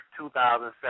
2007